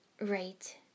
Right